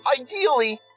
ideally